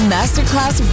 Masterclass